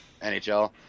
NHL